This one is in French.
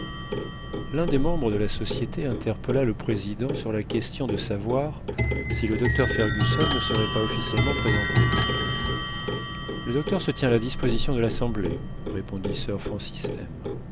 l'un des membres de la société interpella le président sur la question de savoir si le docteur fergusson ne serait pas officiellement présenté le docteur se tient à la disposition de l'assemblée répondit sir francis